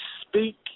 speak